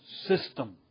system